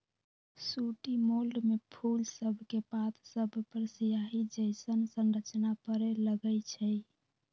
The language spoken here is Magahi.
सूटी मोल्ड में फूल सभके पात सभपर सियाहि जइसन्न संरचना परै लगैए छइ